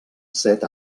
set